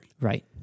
Right